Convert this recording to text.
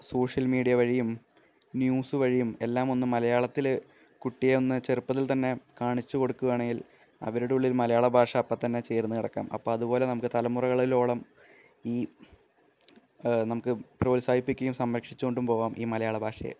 social media വഴിയും news വഴിയും എല്ലാമൊന്ന് മലയാളത്തില് കുട്ടിയെ ഒന്ന് ചെറുപ്പത്തില് തന്നെ കാണിച്ച് കൊടുക്കുകയാണെങ്കില് അവരുടെ ഉള്ളില് മലയാള ഭാഷ അപ്പോള്ത്തന്നെ ചേര്ന്ന് കിടക്കാം അപ്പോള് അതുപോലെ നമുക്ക് തലമുറകളിലോളം ഈ നമുക്ക് പ്രോത്സാഹിപ്പിക്കുകയും സംരക്ഷിച്ച് കൊണ്ടും പോവാം ഈ മലയാള ഭാഷയെ